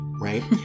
right